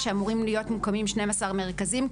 שאמורים להיות מוקמים 12 מרכזים.